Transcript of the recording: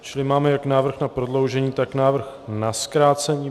Čili máme jak návrh na prodloužení, tak návrh na zkrácení.